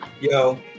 yo